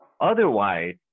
otherwise